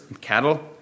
cattle